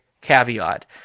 caveat